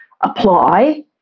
apply